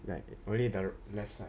like really the left side